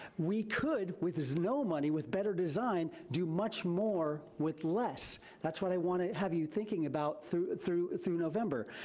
we could, with no money, with better design, do much more with less. that's what i want to have you thinking about through, through through november,